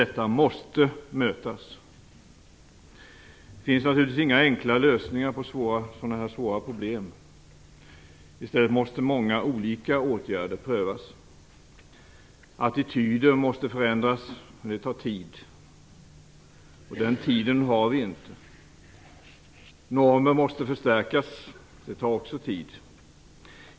Detta måste mötas. Det finns naturligtvis inga enkla lösningar på så här svåra problem. I stället måste många olika åtgärder prövas. Attityder måste förändras. Men det tar tid, och den tiden har vi inte. Normer måste förstärkas, och det tar också tid.